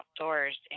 outdoors